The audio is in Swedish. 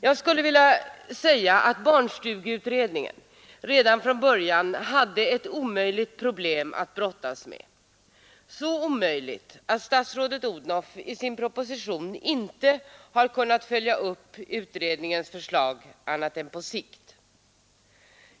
Jag skulle vilja säga att barnstugeutredningen redan från början hade ett omöjligt problem att brottas med — så omöjligt att statsrådet Odhnoff i sin proposition inte har kunnat följa upp utredningens förslag annat än på sikt.